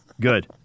Good